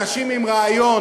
אנשים עם רעיון,